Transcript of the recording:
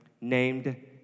named